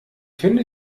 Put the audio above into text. finde